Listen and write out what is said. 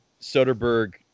Soderbergh